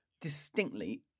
distinctly